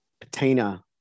patina